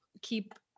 keep